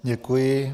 Děkuji.